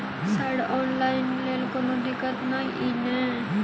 Sir online लैल कोनो दिक्कत न ई नै?